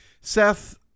Seth